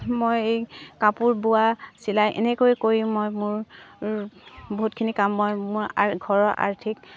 মই এই কাপোৰ বোৱা চিলাই এনেকৈ কৰি মই মোৰ বহুতখিনি কাম মই মোৰ আ ঘৰৰ আৰ্থিক